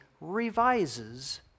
revises